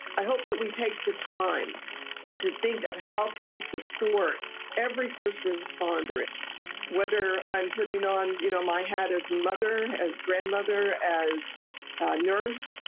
i hope that we take the time to think of, how can we support every first responder? whether i'm putting on you know my hat as mother, as grandmother, as a nurse,